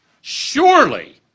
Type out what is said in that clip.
surely